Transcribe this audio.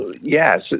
Yes